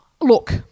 look